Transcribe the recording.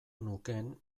nukeen